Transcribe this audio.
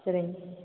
சரிங்க